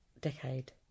Decade